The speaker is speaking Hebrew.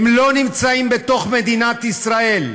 הם לא נמצאים בתוך מדינת ישראל,